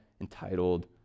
Entitled